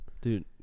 Dude